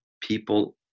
people